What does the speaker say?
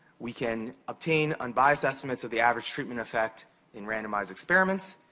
we can obtain unbiased estimates of the average treatment effect in randomized experiments.